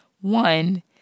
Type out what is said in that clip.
One